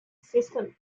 system